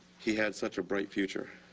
he had such a bright future.